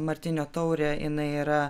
martinio taurė jinai yra